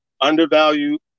undervalued